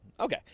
Okay